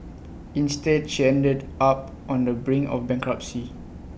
instead she ended up on the brink of bankruptcy